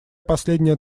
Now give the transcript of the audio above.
последняя